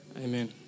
Amen